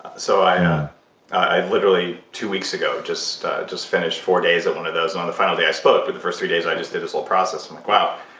so i i literally, two weeks ago, just just finished four days of one of those. and on the final day i spoke, but the first three days i just did this whole process. i'm like, wow.